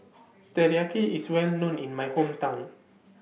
Teriyaki IS Well known in My Hometown